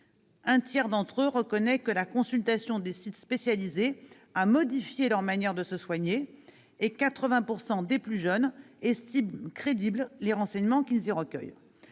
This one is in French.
Un tiers d'entre eux reconnaît que la consultation des sites spécialisés a modifié leur manière de se soigner et 80 % des plus jeunes estiment crédibles les renseignements qu'ils y recueillent.